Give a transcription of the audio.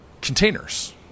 containers